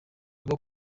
rwo